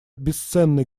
бесценный